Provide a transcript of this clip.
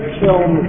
film